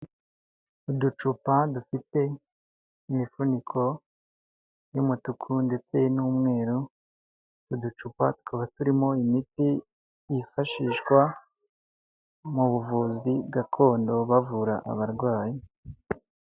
Uducupa dufite imifuniko y'umutuku ndetse n'umweru, uducupa tukaba turimo imiti yifashishwa mu buvuzi gakondo bavura abarwayi.